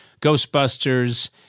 Ghostbusters